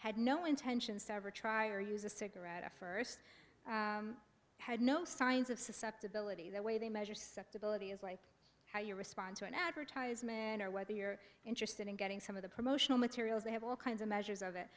had no intentions to ever try or use a cigarette at first had no signs of susceptibility the way they measure sect ability is like how you respond to an advertisement or whether you're interested in getting some of the promotional materials they have all kinds of measures of it